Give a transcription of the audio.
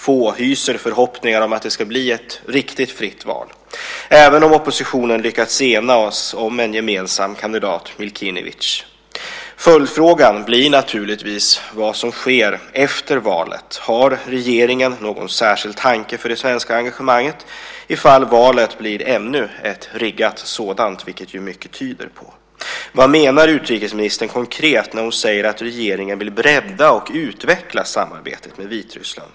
Få hyser förhoppningar om att det ska bli ett riktigt fritt val även om oppositionen lyckats enas om en gemensam kandidat, Milinkevitj. Följdfrågan blir naturligtvis vad som sker efter valet. Har regeringen någon särskild tanke för det svenska engagemanget ifall valet blir ännu ett riggat sådant, vilket ju mycket tyder på? Vad menar utrikesministern konkret när hon säger att regeringen vill bredda och utveckla samarbetet med Vitryssland?